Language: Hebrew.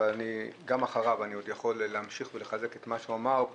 אבל גם אחריו אני עוד יכול להמשיך ולחזק את מה שהוא אמר.